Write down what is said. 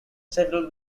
several